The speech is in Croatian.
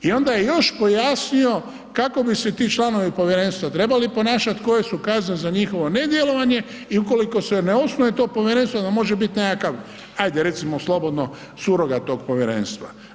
I onda je još pojasnio kako bi se ti članovi povjerenstva trebali ponašati, koje su kazne za njihovo nedjelovanje i ukoliko se ne osnuje to povjerenstvo onda može biti nekakav ajde recimo slobodno, surogat tog povjerenstva.